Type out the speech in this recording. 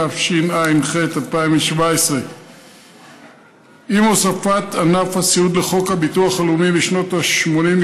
התשע"ח 2017. עם הוספת ענף הסיעוד לחוק הביטוח הלאומי בשנות ה-80,